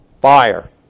fire